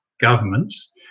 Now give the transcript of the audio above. governments